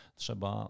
trzeba